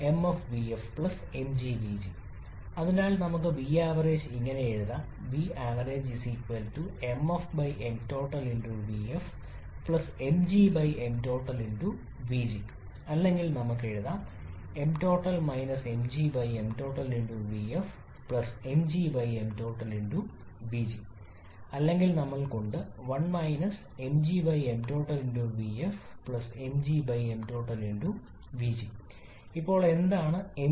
𝑚𝑓𝑣𝑓 𝑚𝑔𝑣𝑔 അതിനാൽ നമുക്ക് ഈ vavg ഇങ്ങനെ എഴുതാം അല്ലെങ്കിൽ നമുക്ക് എഴുതാം അല്ലെങ്കിൽ നമ്മൾക്ക് ഉണ്ട് ഇപ്പോൾ എന്താണ് mg mtotal